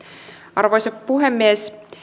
arvoisa puhemies